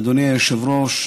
אדוני היושב-ראש,